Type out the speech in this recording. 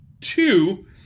two